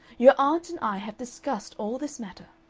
your aunt and i have discussed all this matter.